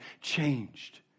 changed